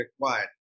required